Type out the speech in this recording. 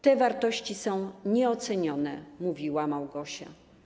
Te wartości są nieocenione” - mówiła Małgosia.